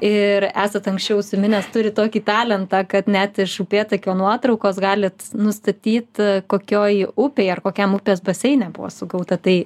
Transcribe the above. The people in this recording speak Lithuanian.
ir esat anksčiau užsiminęs turit tokį talentą kad net iš upėtakio nuotraukos galit nustatyt kokioj upėj ar kokiam upės baseine buvo sugauta tai